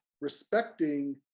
respecting